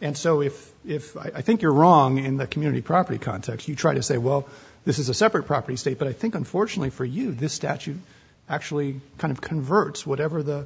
and so if if i think you're wrong in the community property context you try to say well this is a separate property state but i think unfortunately for you this statute actually kind of converts whatever the